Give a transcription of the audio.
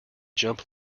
jump